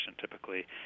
typically